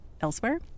elsewhere